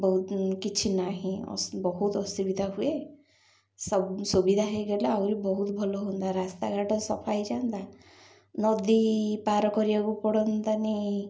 ବହୁତ କିଛି ନାହିଁ ବହୁତ ଅସୁବିଧା ହୁଏ ସବୁ ସୁବିଧା ହୋଇଗଲା ଆହୁରି ବହୁତ ଭଲ ହୁଅନ୍ତା ରାସ୍ତାଘାଟ ସଫା ହୋଇଯାଆନ୍ତା ନଦୀ ପାର କରିବାକୁ ପଡ଼ନ୍ତାନି